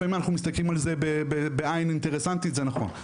לפעמים אנחנו מסתכלים על זה בעין אינטרסנטית זה נכון.